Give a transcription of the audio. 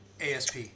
ASP